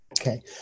Okay